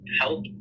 help